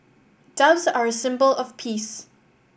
doves are a symbol of peace